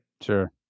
Sure